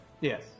Yes